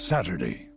Saturday